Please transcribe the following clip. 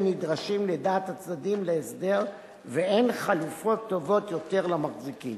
נדרשים לדעת הצדדים להסדר ואין חלופות טובות יותר למחזיקים.